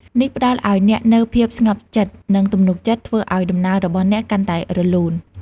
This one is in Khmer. នេះផ្តល់ឲ្យអ្នកនូវ ភាពស្ងប់ចិត្ត និងទំនុកចិត្ត ធ្វើឲ្យដំណើររបស់អ្នកកាន់តែរលូន។